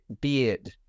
beard